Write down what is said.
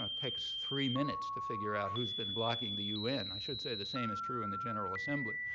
ah takes three minutes to figure out who's been blocking the un. i should say the same is true in the general assembly.